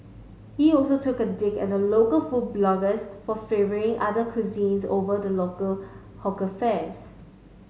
he also took a dig at local food bloggers for favouring other cuisines over the local hawker fare